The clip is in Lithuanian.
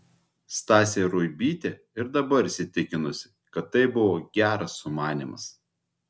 stasė ruibytė ir dabar įsitikinusi kad tai buvo geras sumanymas